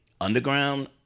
underground